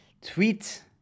Tweet